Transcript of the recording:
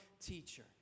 teacher